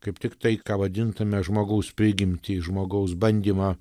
kaip tik tai ką vadintume žmogaus prigimtį žmogaus bandymą